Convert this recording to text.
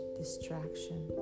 distraction